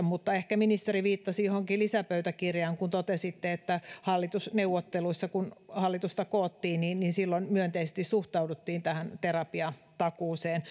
mutta ehkä ministeri viittasitte johonkin lisäpöytäkirjaan kun totesitte että hallitusneuvotteluissa kun hallitusta koottiin myönteisesti suhtauduttiin tähän terapiatakuuseen